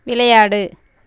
விளையாடு